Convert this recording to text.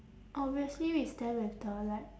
obviously we stand with the like